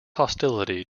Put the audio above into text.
hostility